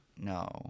No